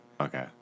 Okay